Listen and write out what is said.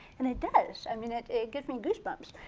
and it does. i mean it it gives me goosebumps.